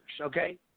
Okay